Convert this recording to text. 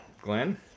Glenn